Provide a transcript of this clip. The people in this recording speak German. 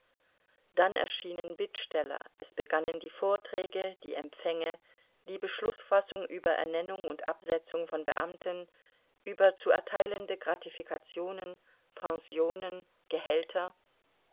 dann erschienen bittsteller es begannen die vorträge die empfänge die beschlußfassung über ernennung und absetzung von beamten über zu erteilende gratifikationen pensionen gehälter